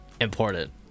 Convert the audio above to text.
important